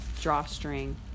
drawstring